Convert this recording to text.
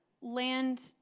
land